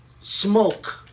smoke